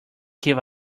give